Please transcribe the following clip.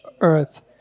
Earth